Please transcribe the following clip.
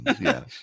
yes